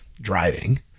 driving